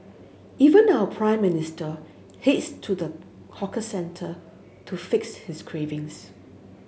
even our Prime Minister heads to the hawker centre to fix his cravings